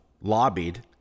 lobbied